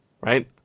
right